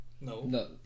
No